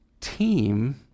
team